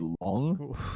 long